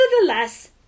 Nevertheless